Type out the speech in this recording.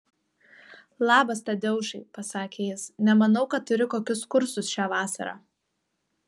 labas tadeušai pasakė jis nemanau kad turi kokius kursus šią vasarą